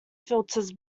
filters